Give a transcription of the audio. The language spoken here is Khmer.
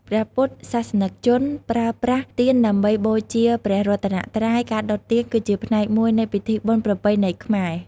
ព្រះពុទ្ធសាសនិកជនប្រើប្រាស់ទៀនដើម្បីបូជាព្រះរតនត្រ័យ ការដុតទៀនគឺជាផ្នែកមួយនៃពិធីបុណ្យប្រពៃណីខ្មែរ។